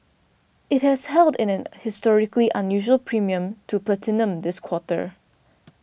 it has held in a historically unusual premium to platinum this quarter